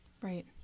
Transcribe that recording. Right